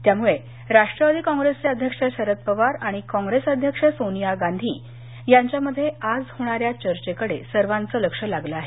त्यामुळे राष्ट्रवादी कॉंग्रेसचे अध्यक्ष शरद पवार आणि कॉंग्रेस अध्यक्ष सोनिया गांधी यांच्यामध्ये आज होणाऱ्या चर्चेकडे सर्वाचं लक्ष लागलं आहे